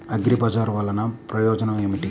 అగ్రిబజార్ వల్లన ప్రయోజనం ఏమిటీ?